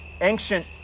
ancient